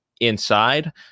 inside